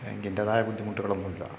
ബാങ്കിൻ്റെതായ ബുദ്ധിമുട്ടുകളൊന്നുമില്ല